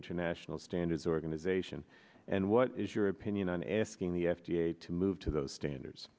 international standards organization and what is your opinion on asking the f d a to move to those standards